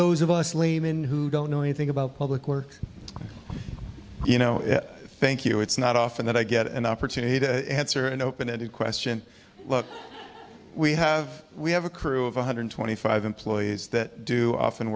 those of us laymen who don't know anything about public work you know thank you it's not often that i get an opportunity to answer an open ended question we have we have a crew of one hundred twenty five employees that do often